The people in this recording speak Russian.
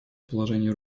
положение